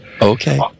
Okay